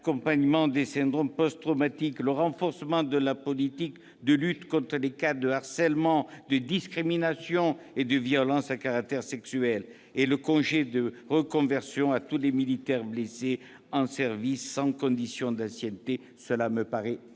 d'accompagnement des syndromes post-traumatiques ; le renforcement de la politique de lutte contre les cas de harcèlement, de discrimination et de violence à caractère sexuel ; le congé de reconversion pour tous les militaires blessés en service sans condition d'ancienneté- cela me paraît essentiel.